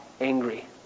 angry